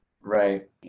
Right